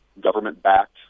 government-backed